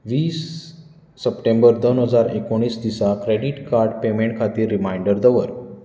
वीस सप्टेंबर दोन हजार एकोणीस दिसा क्रेडिट कार्ड पेमेन्ट खातीर रीमाइन्डर दवर